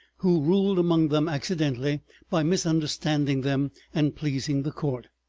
who ruled among them accidentally by misunderstanding them and pleasing the court,